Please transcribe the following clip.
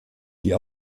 die